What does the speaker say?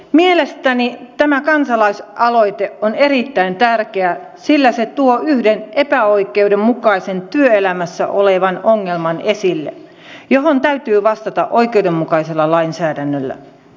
mielestäni tämä kansalaisaloite on erittäin tärkeä sillä se tuo esille yhden epäoikeudenmukaisen työelämässä olevan ongelman johon täytyy vastata oikeudenmukaisella lainsäädännöllä